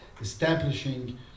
establishing